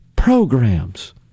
Programs